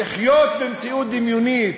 לחיות במציאות דמיונית